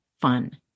fun